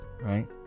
right